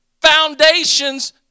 foundations